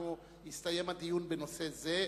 הסתיים הדיון בנושא הזה.